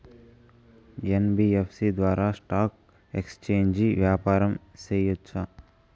NBFC ద్వారా stock exchange వ్యాపారం సేయొచ్చా?